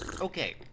okay